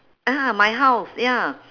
ah my house ya